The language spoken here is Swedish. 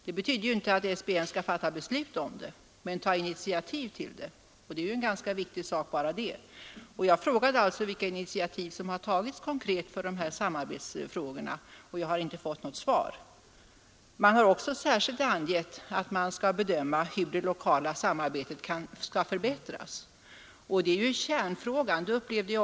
Det betyder ju inte att SBN skall fatta beslut, men SBN skall alltså ta initiativ, och bara det är ju en viktig sak. Jag frågade alltså vilka initiativ som har tagits konkret när det gäller de här samarbetsfrågorna, men jag har inte fått något svar. Det har också särskilt angetts att man skall bedöma hur det lokala samarbetet skall kunna förbättras. Det är ju kärnfrågan.